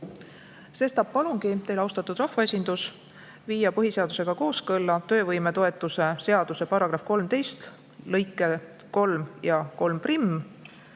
Sestap palungi teil, austatud rahvaesindus, viia põhiseadusega kooskõlla töövõimetoetuse seaduse § 13 lõiked 3 ja 31.